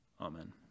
Amen